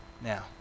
now